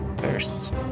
first